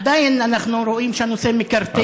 עדיין אנחנו רואים שהנושא מקרטע.